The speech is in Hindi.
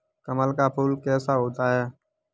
कमल का फूल कैसा होता है?